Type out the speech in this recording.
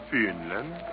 Finland